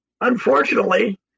unfortunately